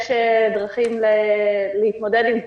יש דרכים להתמודד עם זה.